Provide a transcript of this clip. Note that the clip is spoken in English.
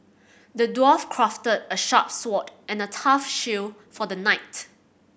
the dwarf crafted a sharp sword and a tough shield for the knight